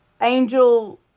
Angel